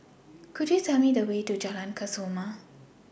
Could YOU Tell Me The Way to Jalan Kesoma